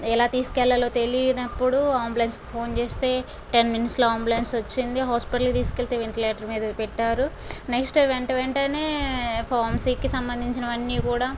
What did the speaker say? ఎలా తీసుకెళ్లాలో తెలియనప్పుడు అంబులెన్స్ ఫోన్ చేస్తే టెన్ మినిట్స్ లో అంబులెన్స్ వచ్చింది హాస్పిటల్ లో తీసుకెళ్తే వెంటిలెటర్ మీద పెట్టారు నెక్స్ట్ వెంట వెంటనే ఫార్మసి కి సంబంధినవన్నీ కూడా